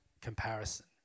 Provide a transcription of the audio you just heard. comparison